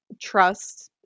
trust